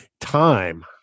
Time